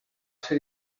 ser